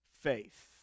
faith